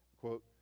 quote